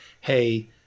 hey